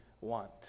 want